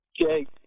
Jake